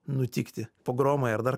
nutikti pogromai ar dar